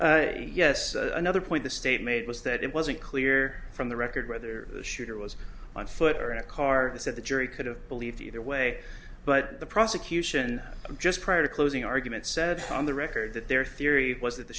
argument yes another point the state made was that it wasn't clear from the record whether the shooter was on foot or in a car said the jury could have believed either way but the prosecution just prior to closing argument said on the record that their theory was that the